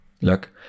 look